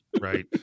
Right